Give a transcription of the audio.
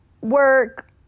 Work